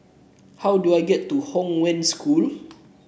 how do I get to Hong Wen School